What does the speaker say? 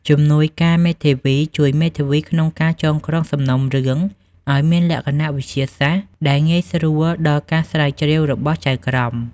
ជំនួយការមេធាវីជួយមេធាវីក្នុងការចងក្រងសំណុំរឿងឱ្យមានលក្ខណៈវិទ្យាសាស្ត្រ ដែលងាយស្រួលដល់ការស្រាវជ្រាវរបស់ចៅក្រម។